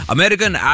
American